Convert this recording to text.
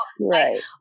right